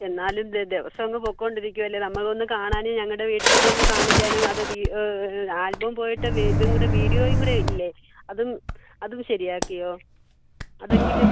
എന്നാലും ദിവസമങ്ങ് പോയിക്കൊണ്ടിരിക്കുകയല്ലേ നമ്മളൊന്ന് കാണാൻ ഞങ്ങളുടെ വീട്ടിലേക്കൊന്ന് കാണിക്കാനും അത് ആൽബം പോയിട്ട് ഇതും കൂടെ വീഡിയോയും കൂടെ ഇല്ലേ അതും അതും ശരിയാക്കിയോ അതെങ്കിലും